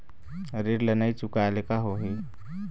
ऋण ला नई चुकाए ले का होही?